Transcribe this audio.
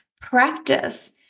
Practice